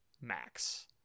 Max